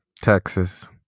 Texas